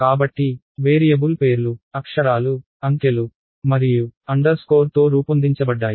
కాబట్టి వేరియబుల్ పేర్లు అక్షరాలు అంకెలు మరియు అండర్స్కోర్తో రూపొందించబడ్డాయి